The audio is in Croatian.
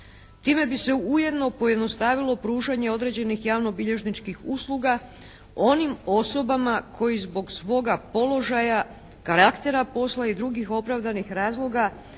Time bi se ujedno pojednostavilo pružanje određenih javno-bilježničkih usluga onim osobama koje zbog svoga položaja, karaktera posla i drugih opravdanih razloga